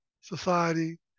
society